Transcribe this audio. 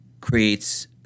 creates